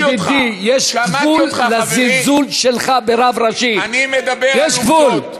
ידידי, יש גבול לזלזול שלך ברב ראשי, יש גבול.